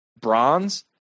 bronze